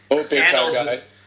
sandals